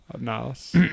Nice